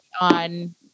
on